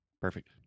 Perfect